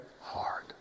Hard